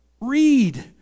read